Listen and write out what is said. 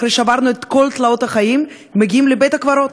אחרי שעברנו את כל תלאות החיים מגיעים לבית-הקברות,